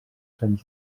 sant